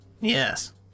Yes